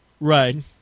Right